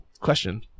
question